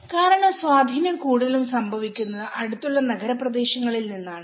കാരണം സ്വാധീനം കൂടുതലും സംഭവിക്കുന്നത് അടുത്തുള്ള നഗരപ്രദേശങ്ങളിൽ നിന്നാണ്